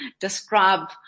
describe